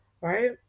right